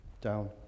down